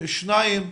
שניים,